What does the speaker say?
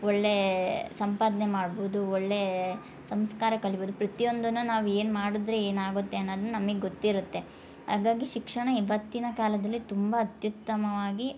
ಒಳ್ಳೆಯ ಸಂಪಾದನೆ ಮಾಡ್ಬೋದು ಒಳ್ಳೆಯ ಸಂಸ್ಕಾರ ಕಲಿಬೋದು ಪ್ರತಿಯೊಂದನ್ನು ನಾವು ಏನು ಮಾಡಿದ್ರೆ ಏನು ಆಗುತ್ತೆ ಅನ್ನೋದ್ನ ನಮಗೆ ಗೊತ್ತಿರತ್ತೆ ಹಾಗಾಗಿ ಶಿಕ್ಷಣ ಇವತ್ತಿನ ಕಾಲದಲ್ಲಿ ತುಂಬಾ ಅತ್ಯುತ್ತಮವಾಗಿ